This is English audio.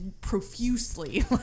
profusely